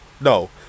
No